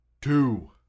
two